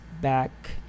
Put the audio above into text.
back